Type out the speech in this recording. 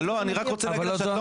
אני רק רוצה להגיד --- אמרתי שאת לא